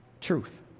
truth